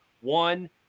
one